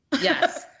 Yes